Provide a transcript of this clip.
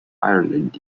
ireland